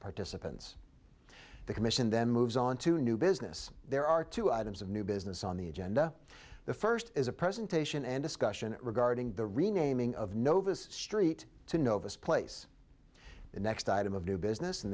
participants the commission then moves on to new business there are two items of new business on the agenda the first is a presentation and discussion regarding the renaming of nova street to novus place the next item of new business and